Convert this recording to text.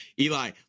Eli